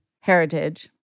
heritage